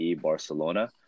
Barcelona